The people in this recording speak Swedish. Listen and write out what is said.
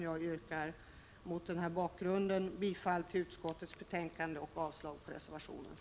Jag yrkar mot denna bakgrund bifall till utskottets hemställan och avslag på reservationen.